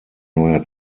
neuer